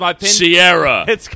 Sierra